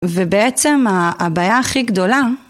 ובעצם הבעיה הכי גדולה